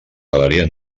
galeria